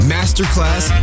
Masterclass